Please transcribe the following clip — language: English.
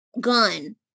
gun